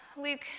Luke